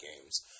games